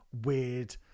weird